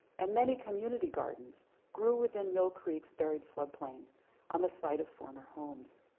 and many community gardens grew within mill creek's buried flood plain on the site of former homes.